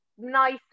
Nice